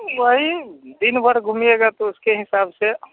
वही दिन भर घूमिएगा तो उसके हिसाब से